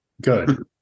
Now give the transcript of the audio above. Good